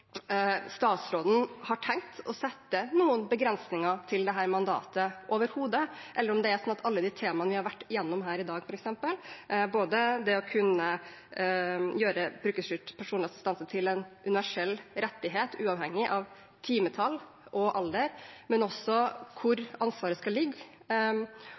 statsråden har tenkt å sette noen begrensninger overhodet for dette mandatet, eller om alle de temaene vi har vært igjennom her i dag, både det å kunne gjøre brukerstyrt personlig assistanse til en universell rettighet, uavhengig av timetall og alder, og spørsmålet om hvor ansvaret skal ligge,